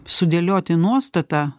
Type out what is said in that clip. sudėlioti nuostatą